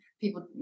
people